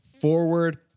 forward